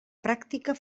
pràctica